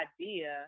idea